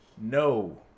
no